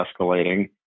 escalating